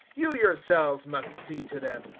you yourselves must see to them.